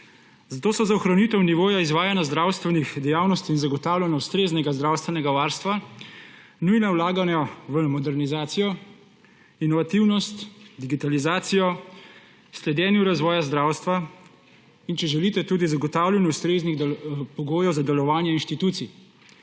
zato so za ohranitev nivoja izvajanja zdravstvenih dejavnosti in zagotavljanja ustreznega zdravstvenega varstva nujna vlaganja v modernizacijo, inovativnost, digitalizacijo, sledenju razvoja zdravstva, in če želite, tudi zagotavljanju ustreznih pogojev za delovanje institucij